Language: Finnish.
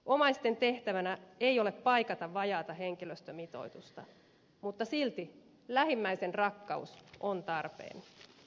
omaisten tehtävänä ei ole paikata vajaata henkilöstömitoitusta mutta silti lähimmäisenrakkaus on tarpeen